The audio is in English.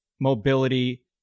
mobility